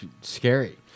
scary